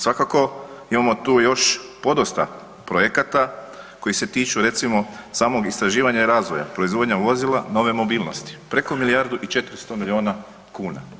Svakako imamo tu još podosta projekata koji se tiču recimo samog istraživanja i razvoja proizvodnja vozila, nove mobilnosti, preko milijardu i 400 miliona kuna.